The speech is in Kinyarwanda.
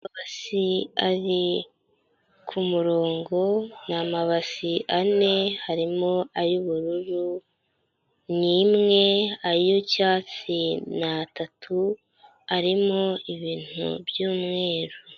Amabasi ari ku murongo, ni amabasi ane, harimo ay'ubururu ni imwe, ay'icyatsi ni atatu, arimo ibintu by'umweru.